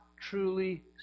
truly